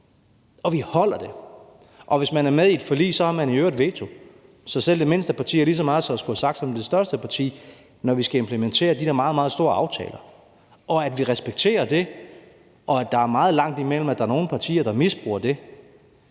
at vi holder det; og at hvis man er med i et forlig, har man i øvrigt veto, så selv det mindste parti har lige så meget at skulle have sagt som det største parti, når vi skal implementere de der meget, meget store aftaler; at vi respekterer det, og at der er meget langt imellem, at der er nogen partier, der misbruger det.